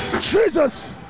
Jesus